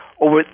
over